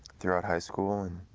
throughout high school. and